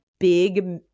big